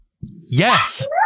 yes